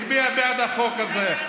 הצביעה בעד החוק הזה,